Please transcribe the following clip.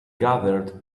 gathered